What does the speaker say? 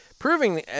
proving